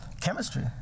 Chemistry